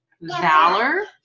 valor